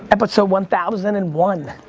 and but so one thousand and one.